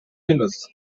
binoze